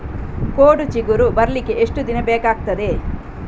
ಕೋಡು ಚಿಗುರು ಬರ್ಲಿಕ್ಕೆ ಎಷ್ಟು ದಿನ ಬೇಕಗ್ತಾದೆ?